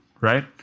right